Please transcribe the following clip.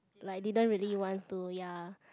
like they didn't really want to ya